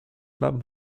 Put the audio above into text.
club